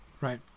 Right